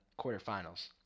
quarterfinals